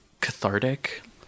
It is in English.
Cathartic